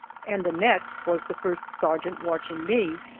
and the next was the first sergeant watching me.